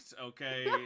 okay